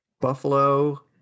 Buffalo